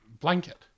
Blanket